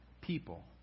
people